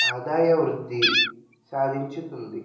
ఆదాయ వృద్ధి సాధించుతుంది